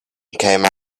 came